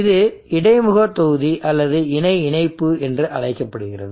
இது இடைமுகத் தொகுதி அல்லது இணை இணைப்பு என்று அழைக்கப்படுகிறது